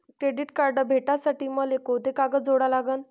Credit card भेटासाठी मले कोंते कागद जोडा लागन?